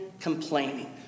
complaining